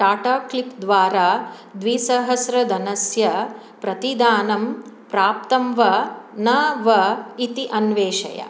Tata click द्वारा द्विसह्स्रधनस्य प्रतिदानं प्राप्तं वा न वा इति अन्वेषय